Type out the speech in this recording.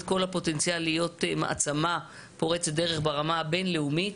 כל הפוטנציאל להיות מעצמה פורצת דרך ברמה הבינלאומית.